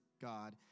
God